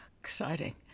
exciting